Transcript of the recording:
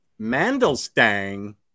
Mandelstang